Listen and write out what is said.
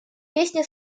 песни